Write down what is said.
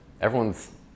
everyone's